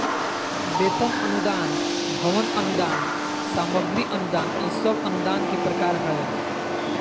वेतन अनुदान, भवन अनुदान, सामग्री अनुदान ई सब अनुदान के प्रकार हय